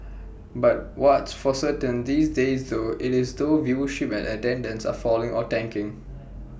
but what's for certain these days though IT is though viewership and attendance are falling or tanking